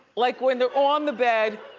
like, when they're on the bed,